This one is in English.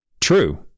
true